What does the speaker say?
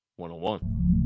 101